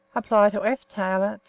apply to f. taylor,